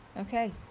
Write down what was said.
Okay